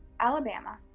alabama,